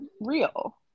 real